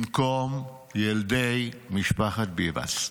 במקום ילדי משפחת ביבס.